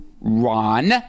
Ron